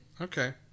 okay